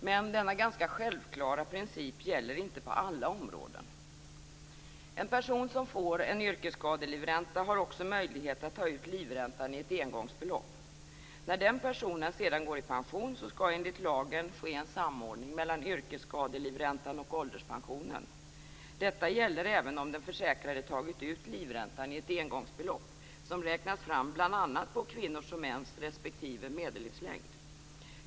Men denna ganska självklara princip gäller inte på alla områden. En person som får en yrkesskadelivränta har också möjlighet att ta ut livräntan i ett engångsbelopp. När den personen sedan går i pension skall enligt lagen ske en samordning mellan yrkesskadelivräntan och ålderspensionen. Detta gäller även om den försäkrade tagit ut livräntan i ett engångsbelopp som räknas fram bl.a. på kvinnors och mäns respektive medellivslängd.